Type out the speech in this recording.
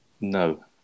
No